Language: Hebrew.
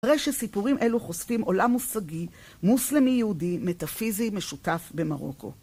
נראה שסיפורים אלו חושפים עולם מושגי, מוסלמי-יהודי, מטאפיזי משותף במרוקו.